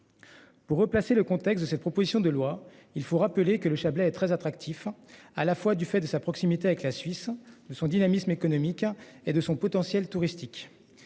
Pour replacer le contexte de cette proposition de loi, il faut rappeler que le Chablais très attractif à la fois du fait de sa proximité avec la Suisse de son dynamisme économique à et de son potentiel touristique.